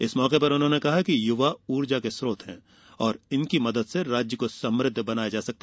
इस मौके पर उन्होंने कहा कि युवा ऊर्जा स्रोत हैं और इनकी मदद से इस राज्य को समृद्ध बनाया जायेगा